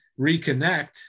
reconnect